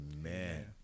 Amen